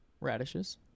radishes